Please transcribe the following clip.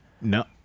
No